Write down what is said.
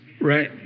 right